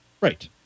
Right